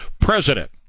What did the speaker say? president